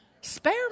Spare